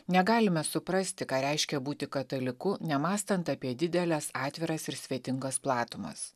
negalime suprasti ką reiškia būti kataliku nemąstant apie dideles atviras ir svetingas platumas